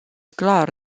clar